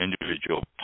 individual